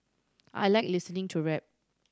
I like listening to rap